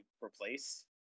replace